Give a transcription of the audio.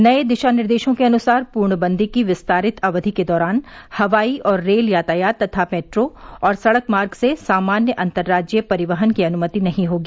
नए दिशा निर्देशों के अनुसार पूर्णबन्दी की विस्तारित अवधि के दौरान हवाई और रेल यातायात तथा मेट्रो और सड़क मार्ग से सामान्य अंतरराज्यीय परिवहन की अनुमति नहीं होगी